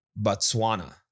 Botswana